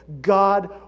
God